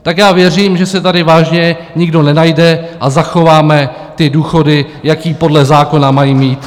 Tak já věřím, že se tady vážně nikdo nenajde a zachováme ty důchody, jaké podle zákona mají mít.